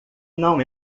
não